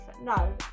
No